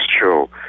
show